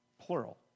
plural